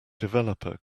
developer